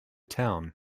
town